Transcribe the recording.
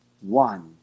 one